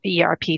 ERP